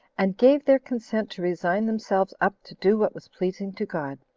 and gave their consent to resign themselves up to do what was pleasing to god.